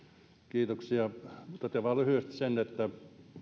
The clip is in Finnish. kiitoksia totean vain lyhyesti sen että